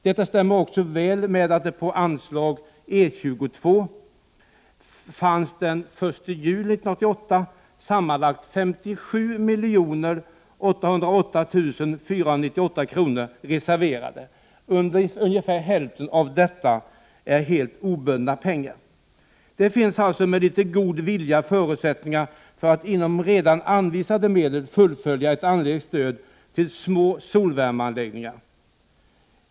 Detta stämmer väl överens med att det på anslag E 22 den 1 juli 1988 fanns sammanlagt 57 808 498 kr. reserverade. Ungefär hälften av dessa medel är helt obundna pengar. Det finns alltså med litet god | vilja förutsättningar för att inom redan anvisad medelsram ge ett stöd till små solvärmeanläggningar.